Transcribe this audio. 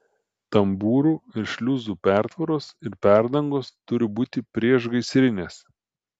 tambūrų ir šliuzų pertvaros ir perdangos turi būti priešgaisrinės